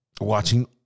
watching